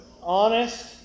honest